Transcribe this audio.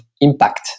impact